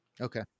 Okay